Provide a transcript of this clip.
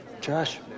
Josh